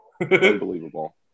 Unbelievable